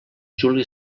juli